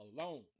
alone